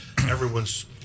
everyone's